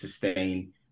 sustain